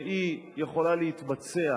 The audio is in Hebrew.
שיכולה להתבצע